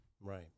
Right